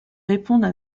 répondre